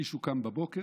מישהו קם בבוקר,